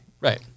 Right